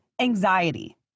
anxiety